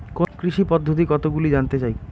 কৃষি পদ্ধতি কতগুলি জানতে চাই?